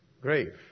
grave